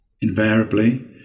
invariably